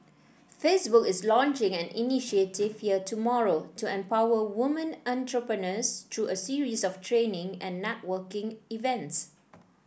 Facebook is launching an initiative here tomorrow to empower women entrepreneurs through a series of training and networking events